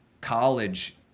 college